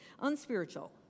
unspiritual